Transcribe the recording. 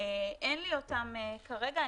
אין לי אותם כרגע.